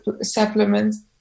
supplements